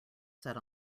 set